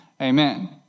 Amen